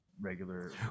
regular